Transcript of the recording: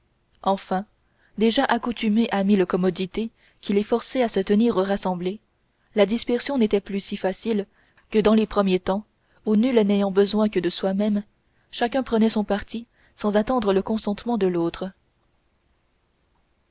enfin déjà accoutumés à mille commodités qui les forçaient à se tenir rassemblés la dispersion n'était plus si facile que dans les premiers temps où nul n'ayant besoin que de soi-même chacun prenait son parti sans attendre le consentement d'un autre